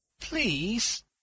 Please